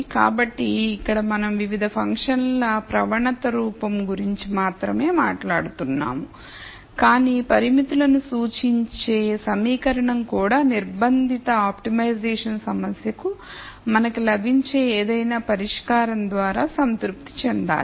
కాబట్టి ఇక్కడ మనం వివిధ ఫంక్షన్ల ప్రవణత రూపం గురించి మాత్రమే మాట్లాడుతున్నాము కాని పరిమితులను సూచించే సమీకరణం కూడా నిర్బంధిత ఆప్టిమైజేషన్ సమస్యకు మనకు లభించే ఏదైనా పరిష్కారం ద్వారా సంతృప్తి చెందాలి